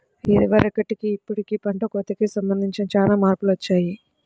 ఇదివరకటికి ఇప్పుడుకి పంట కోతకి సంబంధించి చానా మార్పులొచ్చాయ్